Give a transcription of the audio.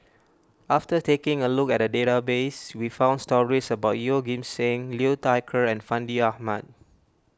after taking a look at the database we found stories about Yeoh Ghim Seng Liu Thai Ker and Fandi Ahmad